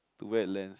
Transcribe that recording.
to wear lens